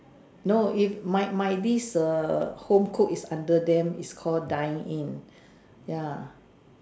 no if my my this err home cooked is under them it's called dine in ya